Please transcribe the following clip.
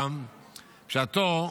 בשעתו,